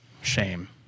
Shame